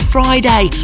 Friday